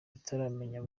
bataramenya